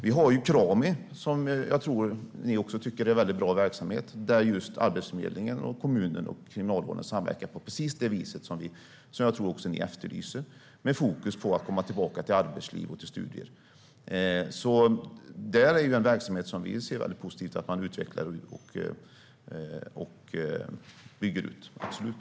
Vi har Krami, som jag tror att också ni tycker är en bra verksamhet, där Arbetsförmedlingen, kommunen och Kriminalvården samverkar på precis det vis som jag tror att också ni efterlyser. Fokus ligger på att komma tillbaka till arbetsliv och studier. Det är en verksamhet som vi absolut ser positivt på att man utvecklar och bygger ut.